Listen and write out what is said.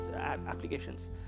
applications